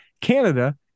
Canada